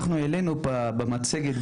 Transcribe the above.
אנחנו העלינו במצגת,